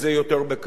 אני נתקל,